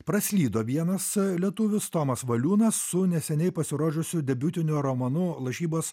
praslydo vienas lietuvis tomas valiūnas su neseniai pasirodžiusiu debiutiniu romanu lažybos